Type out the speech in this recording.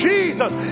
Jesus